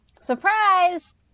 Surprise